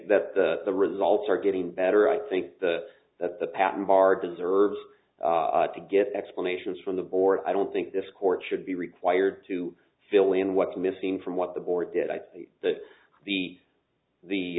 that the the results are getting better i think the that the patent bar deserves to get explanations from the board i don't think this court should be required to fill in what's missing from what the board did i thought that the the